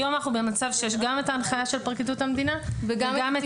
היום אנחנו במצב שיש גם את ההנחיה של פרקליטות המדינה וגם את